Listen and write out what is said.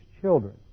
children